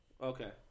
Okay